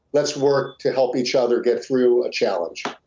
let's work to help each other get through a challenge.